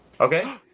Okay